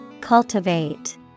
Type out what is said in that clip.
Cultivate